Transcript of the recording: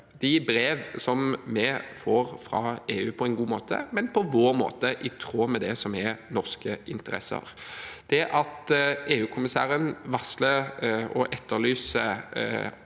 de brevene som vi får av EU, på en god måte, men på vår måte, i tråd med det som er norske interesser. Det at EU-kommissæren varsler og etterlyser